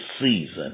season